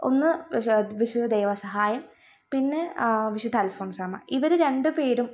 ഒന്ന് വിശു വിശുദ്ധ ദൈവസഹായം പിന്നെ വിശുദ്ധൽഫോൻസാമ്മ ഇവർ രണ്ടു പേരും